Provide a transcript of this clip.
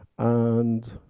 and